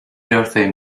birthday